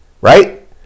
right